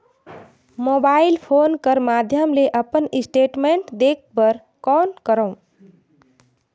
Mobile phone कर माध्यम ले अपन स्टेटमेंट देखे बर कौन करों?